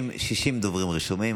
60 דוברים רשומים: